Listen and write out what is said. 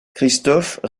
christophe